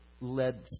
led